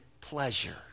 pleasure